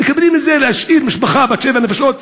מקבלים את זה, להשאיר משפחה בת שבע נפשות,